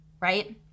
right